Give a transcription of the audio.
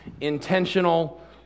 intentional